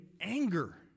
anger